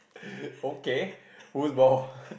okay whose ball